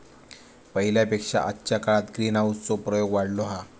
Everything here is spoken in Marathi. पहिल्या पेक्षा आजच्या काळात ग्रीनहाऊस चो प्रयोग वाढलो हा